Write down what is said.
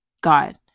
God